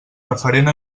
referent